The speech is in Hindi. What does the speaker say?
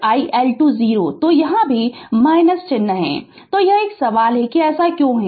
Refer Slide Time 0742 तो यह एक सवाल है कि ऐसा क्यों है